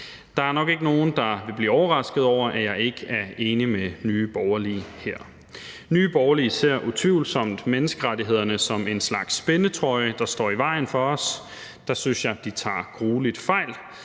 Der er nok ikke nogen, der vil blive overrasket over, at jeg ikke er enig med Nye Borgerlige her. Nye Borgerlige ser utvivlsomt menneskerettighederne som en slags spændetrøje, der står i vejen for os. Der synes jeg, at de tager gruelig fejl.